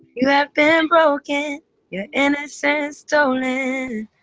you have been broken your innocence stolen